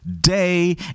day